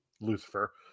Lucifer